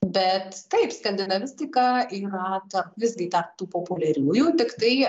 bet taip skandinavistika yra ta visgi ta tų populiariųjų tiktai